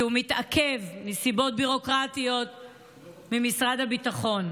כי הוא מתעכב מסיבות ביורוקרטיות במשרד הביטחון,